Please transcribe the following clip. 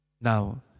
Now